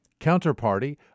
Counterparty